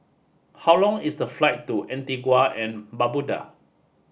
how long is the flight to Antigua and Barbuda